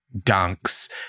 dunks